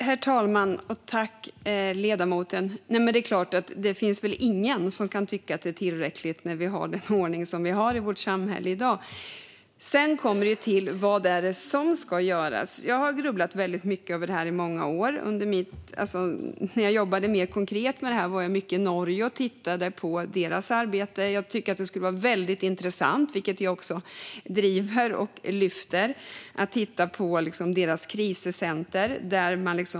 Herr talman! Det finns väl ingen som kan tycka att det är tillräckligt med den ordning vi har i vårt samhälle i dag. Sedan kommer frågan om vad som ska göras. Jag har grubblat mycket över detta i många år. När jag jobbade mer konkret med dessa frågor var jag mycket i Norge och tittade på deras arbete. Det skulle vara mycket intressant - något jag också driver - att titta på deras krisesenter.